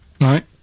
Right